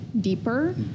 deeper